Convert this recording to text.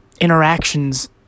interactions